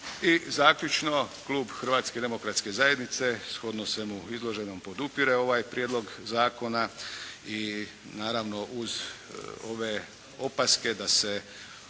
I zaključno. Klub Hrvatske demokratske zajednice shodno svemu izloženom podupire ovaj prijedlog zakona i naravno uz ove opaske da se